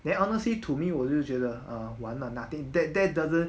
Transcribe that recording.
then honestly to me 我就觉得 err 玩 lah nothing that that doesn't